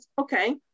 okay